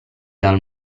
dal